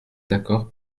d’accord